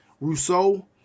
Rousseau